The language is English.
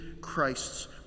Christ's